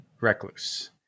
recluse